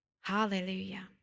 Hallelujah